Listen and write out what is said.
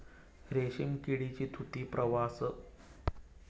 रेशीम किडीची तुती प्रवाळ टसर व इरा प्रकारची असते